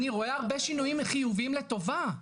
אני רואה הרבה שינויים חיוביים לטובה,